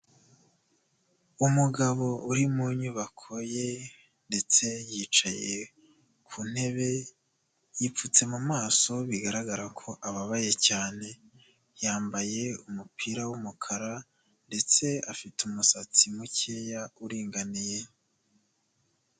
Umugabo uri mu nyubako ye ndetse yicaye ku ntebe yipfutse mu maso bigaragara ko ababaye cyane, yambaye umupira w'umukara ndetse afite umusatsi mukeya uringaniye.